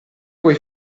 vuoi